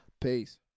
Peace